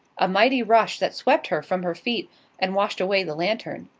a mighty rush that swept her from her feet and washed away the lantern.